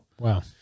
Wow